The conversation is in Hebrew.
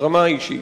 ברמה האישית.